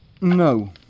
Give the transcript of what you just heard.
No